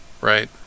right